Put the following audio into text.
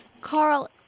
Carl